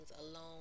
alone